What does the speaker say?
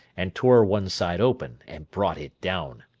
and tore one side open, and brought it down.